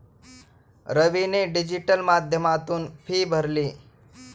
रवीने डिजिटल माध्यमातून फी भरली